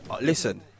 Listen